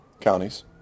counties